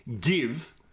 give